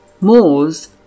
Moors